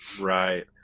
Right